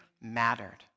mattered